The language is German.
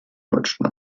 deutschen